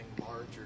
larger